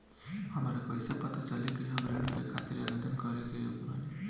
हमरा कइसे पता चली कि हम ऋण के खातिर आवेदन करे के योग्य बानी?